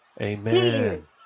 Amen